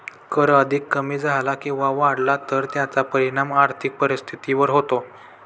कर अधिक कमी झाला किंवा वाढला तर त्याचा परिणाम आर्थिक परिस्थितीवर होतो